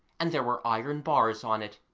and there were iron bars on it,